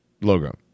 logo